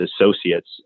associates